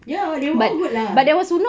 ya they were all good lah